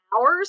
hours